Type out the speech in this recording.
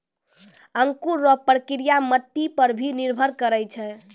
अंकुर रो प्रक्रिया मट्टी पर भी निर्भर करै छै